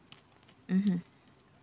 mmhmm